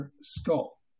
skull